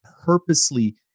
purposely